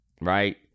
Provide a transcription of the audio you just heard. right